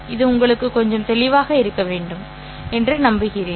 இது உங்களுக்கு கொஞ்சம் தெளிவாக இருக்க வேண்டும் என்று நம்புகிறேன்